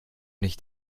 nicht